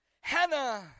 Hannah